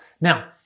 Now